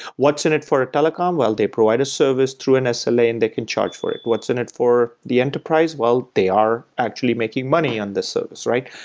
what's in it for a telecom? well, they provide a service through an ah sla and they can charge for it. what's in it for the enterprise? well, they are actually making money on this service, right?